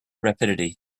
rapidity